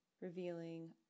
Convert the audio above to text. revealing